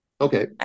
Okay